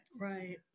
Right